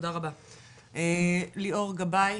ליאור גבאי.